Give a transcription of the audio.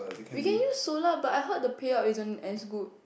we can use solar but I heard the pay up isn't as good